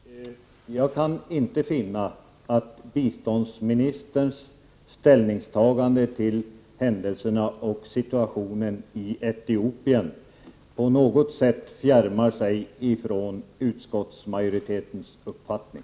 Herr talman! Jag kan inte finna att biståndsministerns ställningstagande till händelserna och situationen i Etiopien på något sätt fjärmar sig från utskottsmajoritetens uppfattning.